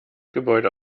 gebäude